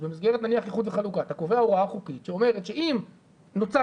אז במסגרת איחוד וחלוקה אתה קובע הוראה חוקית שאומרת שאם נוצר